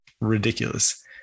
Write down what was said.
Ridiculous